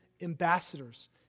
ambassadors